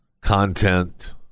content